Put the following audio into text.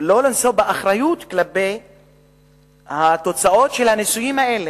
לא לשאת באחריות לתוצאות של הניסויים האלה.